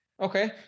Okay